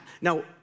Now